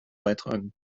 beitragen